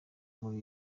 muri